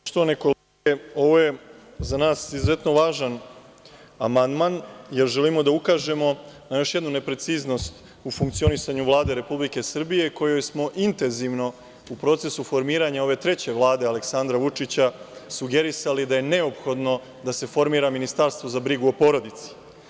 Poštovane kolege, ovo je za nas izuzetno važan amandman, jer želimo da ukažemo na još jednu nepreciznost u funkcionisanju Vlade Republike Srbije, kojoj smo intenzivno u procesu formiranja ove treće Vlade Aleksandra Vučića sugerisali da je neophodno da se formira ministarstvo za brigu o porodici.